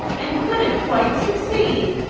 and couldn't quite succeed.